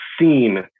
seen